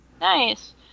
Nice